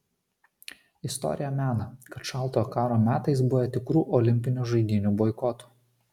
istorija mena kad šaltojo karo metais buvę tikrų olimpinių žaidynių boikotų